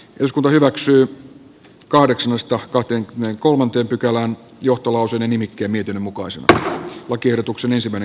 eduskunta hyväksyi kahdeksasta kahteen kolmanteen pykälään ehdottanut että pykälä hyväksytään vastalauseen mukaisena